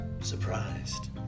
surprised